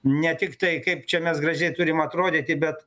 ne tiktai kaip čia mes gražiai turime atrodyti bet